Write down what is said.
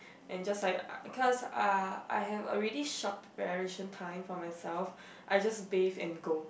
and just like uh cause uh I have already short preparation time for myself I just bathe and go